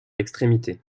extrémité